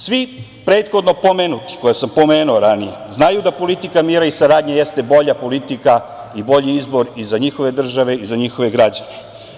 Svi prethodno pomenuti, koje sam pomenuo ranije, znaju da politika mira i saradnje jeste bolja politika i bolji izbor i za njihove države i za njihove građane.